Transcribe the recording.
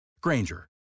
Granger